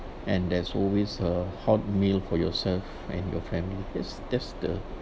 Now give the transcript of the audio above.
and there's always a hot meal for yourself and your family that's that's the